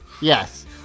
Yes